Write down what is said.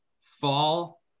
fall